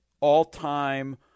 all-time